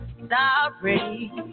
sorry